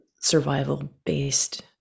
survival-based